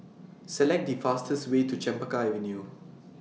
Select The fastest Way to Chempaka Avenue